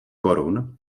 korun